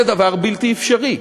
זה דבר בלתי אפשרי,